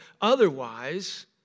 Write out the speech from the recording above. otherwise